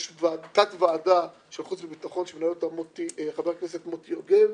יש תת ועדה של חוץ וביטחון שמנהל אותה חבר הכנסת מוטי יוגב,